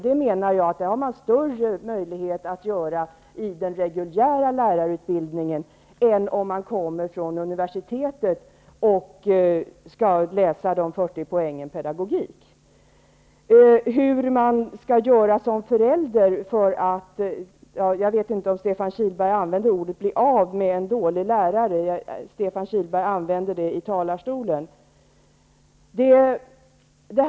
Det menar jag att man har större möjlighet att göra i den reguljära lärarutbildningen än om man kommer från universitetet och skall läsa de 40 Stefan Kihlberg frågar hur man skall göra som förälder för att bli av med en dålig lärare -- jag vet inte om Stefan Kihlberg använde det uttrycket i sin replik, men han använde det tidigare i sitt anförande.